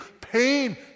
pain